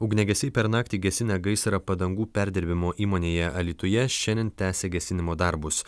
ugniagesiai per naktį gesinę gaisrą padangų perdirbimo įmonėje alytuje šiandien tęsia gesinimo darbus